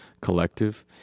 Collective